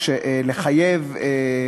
של חבר הכנסת איתן